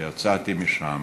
ויצאתי משם